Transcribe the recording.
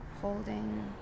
Holding